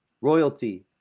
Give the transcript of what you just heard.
royalty